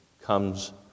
comes